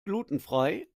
glutenfrei